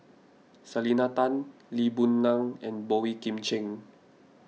Selena Tan Lee Boon Ngan and Boey Kim Cheng